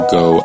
go